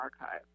archive